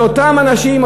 זה אותם אנשים,